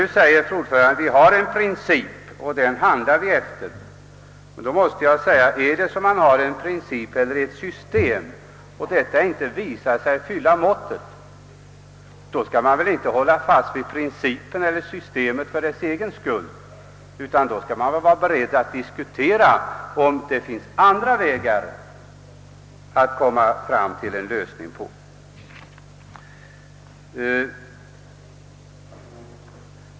Utskottets ordförande hävdar att vi här har en princip och att vi bör handla efter den, men om principen eller systemet inte fyller måttet, skall man väl inte hålla fast vid principen eller systemet för dess egen skull utan vara beredd att diskutera andra vägar att finna en lösning.